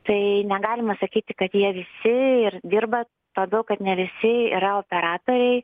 tai negalima sakyti kad jie visi ir dirba tuo labiau kad ne visi yra operatoriai